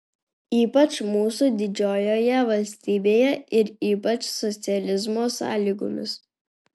ypač mūsų didžiojoje valstybėje ir ypač socializmo sąlygomis